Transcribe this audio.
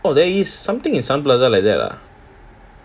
orh there is something in sun plaza like that ah